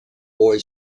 boy